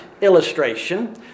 illustration